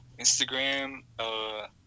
Instagram